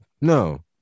No